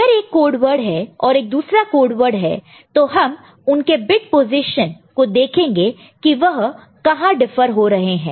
अगर एक code word है और एक दूसरा कोड वर्ड है तो हम उनके बिट पोजीशन को देखेंगे की वह कहां डिफर हो रहे हैं